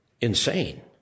insane